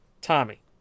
Tommy